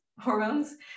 hormones